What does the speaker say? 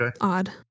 odd